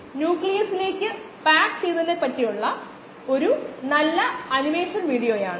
ഈ വ്യത്യാസം നമ്മുടെ മനസ്സിൽ വളരെ വ്യക്തമായി സ്ഥാപിക്കുക ഇത് കോശങ്ങളുടെ സ്കാറ്ററാണ് കോശങ്ങളുടെ അബ്സോർബെൻസ് അല്ല